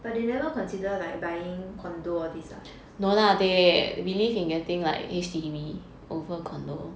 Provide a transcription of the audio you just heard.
but they never consider like buying condo all this ah